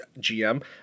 GM